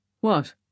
What